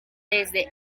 desde